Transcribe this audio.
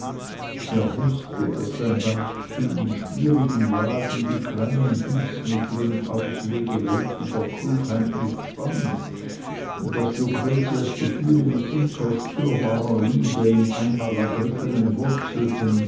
er wußte daß sein beichtkind in schwierigen lagen die kleinen hilfsmittel und auswege weltlicher klugheit nicht fand daß lucretias gefühle mit unzerstörbarer liebe im einmal ergriffenen wurzelten